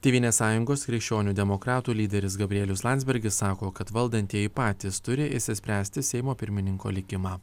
tėvynės sąjungos krikščionių demokratų lyderis gabrielius landsbergis sako kad valdantieji patys turi išsispręsti seimo pirmininko likimą